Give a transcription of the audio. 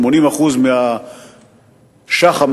80% מהשח"מ,